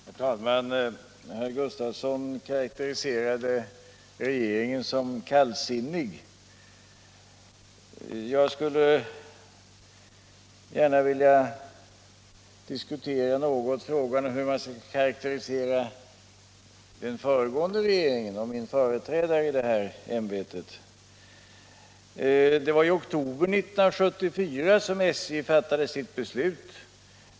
Herr talman! Herr Gustavsson i Nässjö karakteriserade regeringen som kallsinnig. Jag skulle gärna vilja diskutera något hur man skall karakterisera den föregående regeringen och min företrädare i det här ämbetet. Det var i oktober 1974 som SJ fattade sitt beslut.